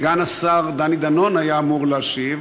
סגן השר דני דנון היה אמור להשיב